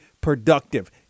productive